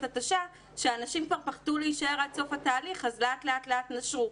התשה שאנשים כבר פחדו להישאר עד סוף התהליך ואז לאט לאט לאט נשרו.